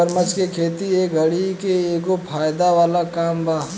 मगरमच्छ के खेती ए घड़ी के एगो फायदा वाला काम बा